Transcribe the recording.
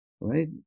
right